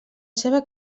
seva